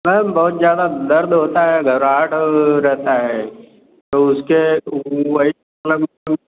ma'am बहुत ज्यादा दर्द होता है घबराहट और रहता है तो उसके वही मतलब